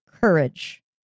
Courage